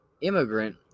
immigrant